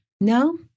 no